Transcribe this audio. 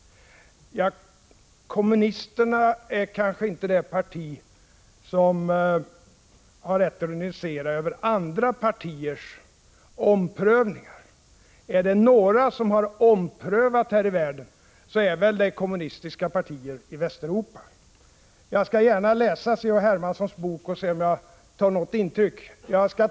Ja, kommunisterna är kanske inte det parti som har rätt att ironisera över andra partiers omprövningar. Är det några som har omprövat här i världen, är det väl kommunistiska partier i Västeuropa. Jag skall gärna läsa C.-H. Hermanssons bok och se om jag tar något intryck av den.